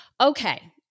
Okay